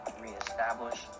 reestablish